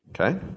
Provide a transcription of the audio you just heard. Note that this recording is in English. Okay